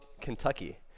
Kentucky